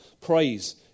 praise